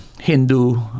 Hindu